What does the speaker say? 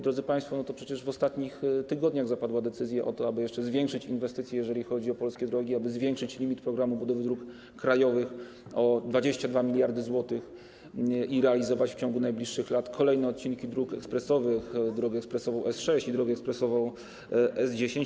Drodzy państwo, to przecież w ostatnich tygodniach zapadła decyzja o tym, aby jeszcze zwiększyć inwestycje, jeżeli chodzi o polskie drogi, aby zwiększyć limit wydatków z programu budowy dróg krajowych o 22 mld zł i realizować w ciągu najbliższych lat kolejne odcinki dróg ekspresowych, drogę ekspresową S6 i drogę ekspresową S10.